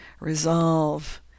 resolve